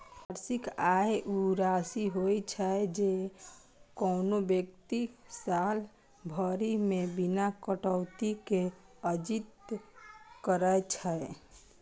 वार्षिक आय ऊ राशि होइ छै, जे कोनो व्यक्ति साल भरि मे बिना कटौती के अर्जित करै छै